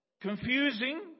confusing